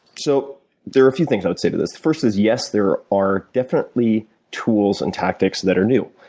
so there are a few things i would say to this. first is yes, there are definitely tools and tactics that are new.